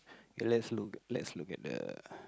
okay let's look let's look at the